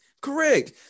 Correct